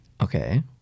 Okay